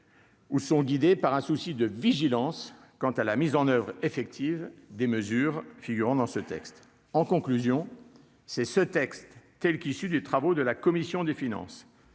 Où sont guidée par un souci de vigilance quant à la mise en oeuvre effective des mesures figurant dans ce texte, en conclusion, c'est ce texte telle qu'issue des travaux de la commission des finances,